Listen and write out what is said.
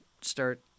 start